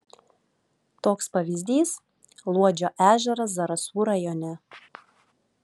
toks pavyzdys luodžio ežeras zarasų rajone